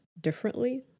differently